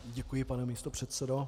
Děkuji, pane místopředsedo.